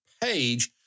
page